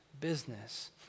business